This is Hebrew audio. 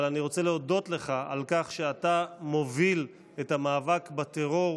אבל אני רוצה להודות לך על כך שאתה מוביל את המאבק בטרור,